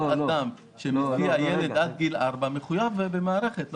כל אדם שמסיע ילד עד גיל ארבע מחויב במערכת.